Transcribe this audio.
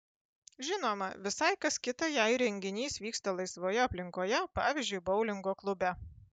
žinoma visai kas kita jei renginys vyksta laisvoje aplinkoje pavyzdžiui boulingo klube